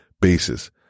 basis